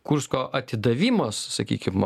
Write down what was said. kursko atidavimas sakykim